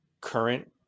current